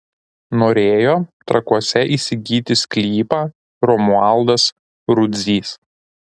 norėjo trakuose įsigyti sklypą romualdas rudzys